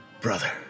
brother